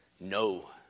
No